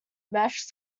mashed